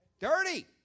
Dirty